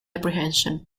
apprehension